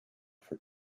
for